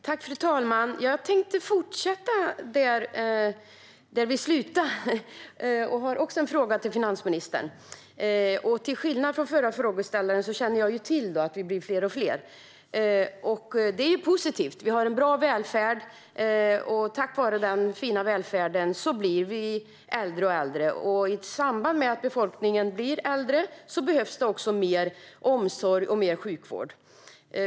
Fru talman! Jag tänkte fortsätta med förra frågan och har också en fråga till finansministern. Till skillnad från förra frågeställaren känner jag till att vi blir fler och fler. Det är positivt. Vi har en bra välfärd, och tack vare den fina välfärden blir vi allt äldre. När befolkningen blir äldre behövs det mer omsorg och sjukvård.